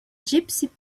gypsy